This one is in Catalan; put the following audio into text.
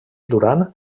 duran